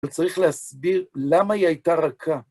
צריך להסביר למה היא הייתה רכה.